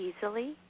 Easily